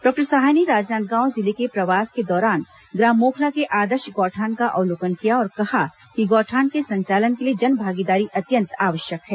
doctor Sahay ने राजनांदगांव जिले के प्रवास के दौरान ग्राम मोखला के आदर्श गौठान का अवलोकन किया और कहा कि गौठान के संचालन के लिए जनभागीदारी अत्यंत आवश्यक है